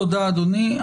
תודה, אדוני.